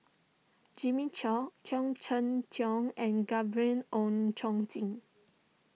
Jimmy Chok Khoo Cheng Tiong and Gabriel Oon Chong Jin